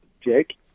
Jake